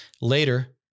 Later